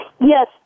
Yes